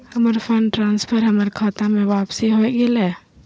हमर fund transfer हमर खता में वापसी हो गेलय